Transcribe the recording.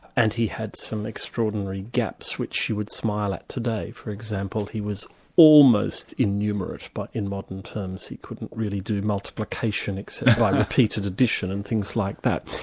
and he had some extraordinary gaps, which you would smile at today. for example, he was almost innumerate but in modern terms he couldn't really do multiplication, except one but repeated addition, and things like that.